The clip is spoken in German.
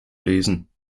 lesen